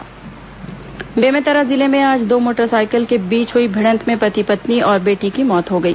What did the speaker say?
दुर्घटना बेमेतरा जिले में आज दो मोटरसाइकिल के बीच हुई भिडंत में पति पत्नी और बेटी की मौत हो गई